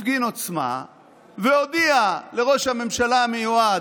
הפגין עוצמה והודיע לראש הממשלה המיועד: